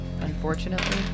Unfortunately